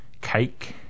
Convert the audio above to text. cake